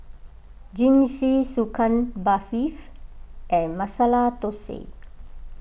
Jingisukan Barfi and Masala Dosa